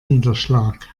niederschlag